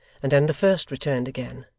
and then the first returned again,